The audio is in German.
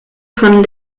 von